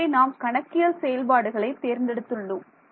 ஆகவே நாம் கணக்கியல் செயல்பாடுகளை தேர்ந்தெடுத்துள்ளோம்